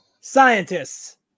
Scientists